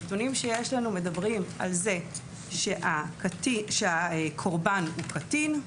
הנתונים שיש לנו מדברים על זה שהקורבן הוא קטין,